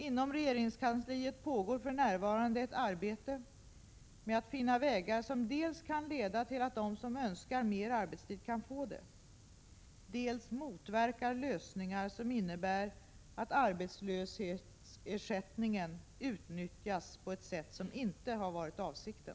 Inom regeringskansliet pågår för närvarande ett arbete med att finna vägar som dels kan leda till att de som önskar mer arbetstid kan få det, dels motverkar lösningar som innebär att arbetslöshetsersättningen utnyttjas på ett sätt som inte har varit avsikten.